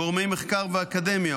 גורמי מחקר ואקדמיה,